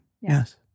Yes